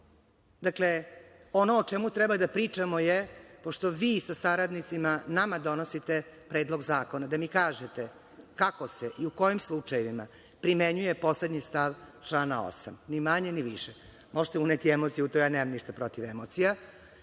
može. Dakle, ono o čemu treba da pričamo je, pošto vi sa saradnicima nama donosite predlog zakona, da nam kažete kako se i u kojim slučajevima primenjuje poslednji stav člana 8, ni manje ni više. Možete uneti emocije u to, nemam ništa protiv emocija,